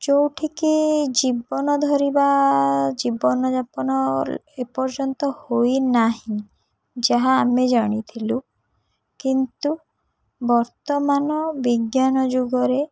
ଯେଉଁଠିକି ଜୀବନ ଧରିବା ଜୀବନଯାପନ ଏପର୍ଯ୍ୟନ୍ତ ହୋଇନାହିଁ ଯାହା ଆମେ ଜାଣିଥିଲୁ କିନ୍ତୁ ବର୍ତ୍ତମାନ ବିଜ୍ଞାନ ଯୁଗରେ